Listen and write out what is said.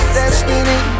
destiny